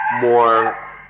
more